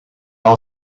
all